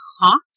hot